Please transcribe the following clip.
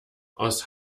aus